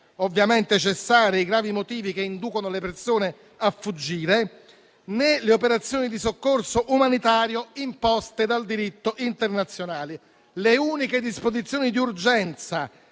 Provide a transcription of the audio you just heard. ovviamente cessare i gravi motivi che inducono le persone a fuggire, né le operazioni di soccorso umanitario imposte dal diritto internazionale. Le uniche disposizioni di urgenza